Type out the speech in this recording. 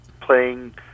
playing